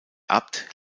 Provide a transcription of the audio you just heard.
abt